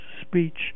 speech